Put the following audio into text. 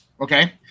Okay